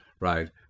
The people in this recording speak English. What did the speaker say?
right